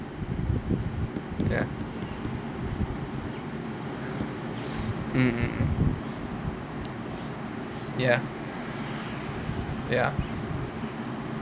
ya mm mm ya ya